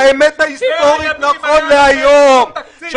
תדבר את האמת ההיסטורית נכון להיום,